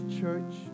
church